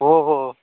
हो हो हो